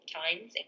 times